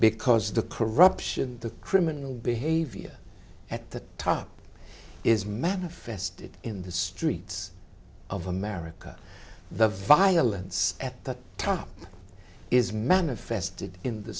because the corruption the criminal behavior at the top is manifested in the streets of america the violence at the top is manifested in the